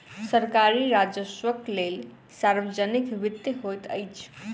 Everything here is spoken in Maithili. सरकारी राजस्वक लेल सार्वजनिक वित्त होइत अछि